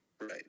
Right